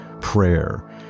prayer